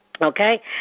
Okay